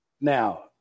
Now